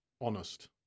honest